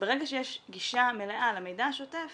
ברגע שיש גישה מלאה למידע השוטף